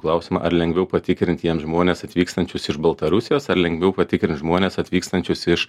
klausimą ar lengviau patikrintiems žmones atvykstančius iš baltarusijos ar lengviau patikrinti žmones atvykstančius iš